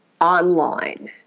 online